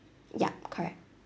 ya correct